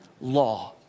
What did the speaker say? law